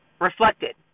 reflected